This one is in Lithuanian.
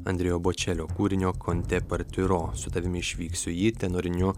andrejo bočelio kūrinio con te partiro su tavimi išvyksiu ji tenoriniu